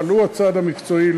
אבל הוא הצד המקצועי,